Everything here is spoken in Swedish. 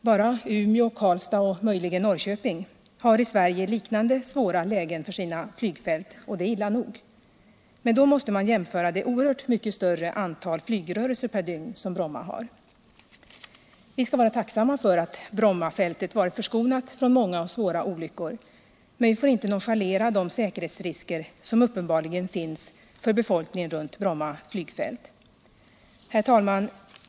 Bara Umeå, Karlstad och möjligen Norrköping har i Sverige liknande svåra lägen för sina flygfält, och det är illa nog. Men då måste man jämföra det oerhört mycket större antal flygrörelser per dygn som Bromma har. Vi skall vara tacksamma för att Brommafältet varit förskonat från många svåra olyckor. Men vi får inte nonchalera de säkerhetsrisker som uppenbarligen finns för befolkningen runt Bromma flygplats. Herr talman!